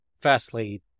firstly